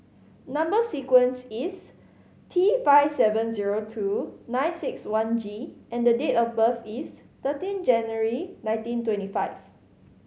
number sequence is T five seven zero two nine six one G and date of birth is thirteen January nineteen twenty five